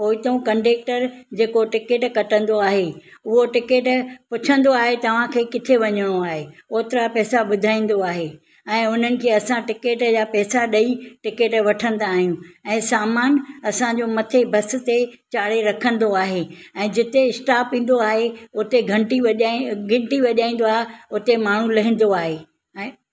पोएं था कंडक्टर जेको टिकेट कटंदो आहे उहा टिकेट पुछंदो आहे तव्हांखे किथे वञणो आहे ओतिरा पैसा ॿुधाईंदो आहे ऐं उन्हनि खे असां टिकेट जा पैसा ॾेई टिकट वठंदा आहियूं ऐं सामान असांजो मथे बस ते चाढ़े रखंदो आहे ऐं जिते स्टॉप ईंदो आहे उते घंटी वॼाए घिंटी वॼाईंदो आहे उते माण्हू लहंदो आहे ऐं